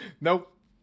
Nope